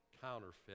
counterfeit